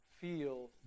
feel